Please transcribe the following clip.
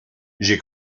j’ai